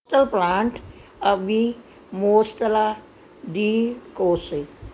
plant ਅਬੀ ਮੋਸਟਲਾ ਦੀ ਕੋਸੇ